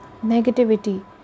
negativity